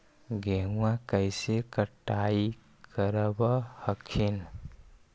गेहुमा कैसे कटाई करब हखिन?